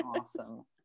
awesome